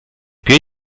più